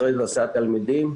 החל מהסעת תלמידים,